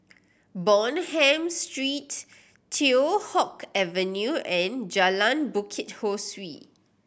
Bonham Street Teow Hock Avenue and Jalan Bukit Ho Swee